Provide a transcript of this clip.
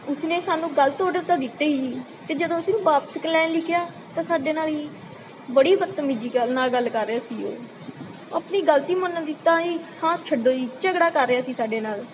ਉਸਨੇ ਸਾਨੂੰ ਗਲਤ ਆਰਡਰ ਤਾਂ ਦਿੱਤੇ ਹੀ ਅਤੇ ਜਦੋਂ ਅਸੀਂ ਉਹਨੂੰ ਵਾਪਿਸ ਕ ਲੈਣ ਲਈ ਕਿਹਾ ਤਾਂ ਸਾਡੇ ਨਾਲ ਜੀ ਬੜੀ ਬਦਤਮੀਜ਼ੀ ਗੱਲ ਨਾਲ ਗੱਲ ਕਰ ਰਿਹਾ ਸੀ ਉਹ ਆਪਣੀ ਗਲਤੀ ਮੰਨਣ ਦੀ ਤਾਂ ਜੀ ਥਾਂ ਛੱਡੋ ਜੀ ਝਗੜਾ ਕਰ ਰਿਹਾ ਸੀ ਸਾਡੇ ਨਾਲ